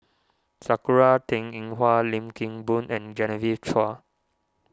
Sakura Teng Ying Hua Lim Kim Boon and Genevieve Chua